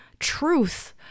Truth